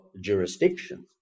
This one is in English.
jurisdiction